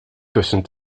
kussen